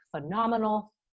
phenomenal